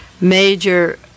major